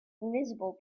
invisible